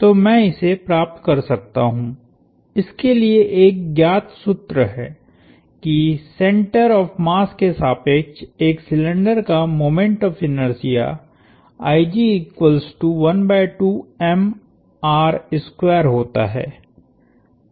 तो मैं इसे प्राप्त कर सकता हु इसके लिए एक ज्ञात सूत्र है कि सेंटर ऑफ़ मास के सापेक्ष एक सिलिंडर का मोमेंट ऑफ़ इनर्शिया होता है